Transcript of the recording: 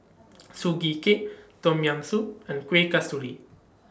Sugee Cake Tom Yam Soup and Kuih Kasturi